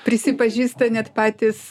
prisipažįsta net patys